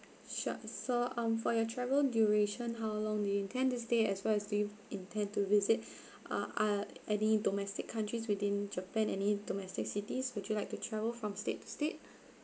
sure so um for your travel duration how long do you intend to stay as well as do you intend to visit uh uh any domestic countries within japan any domestic cities would you like to travel from state to state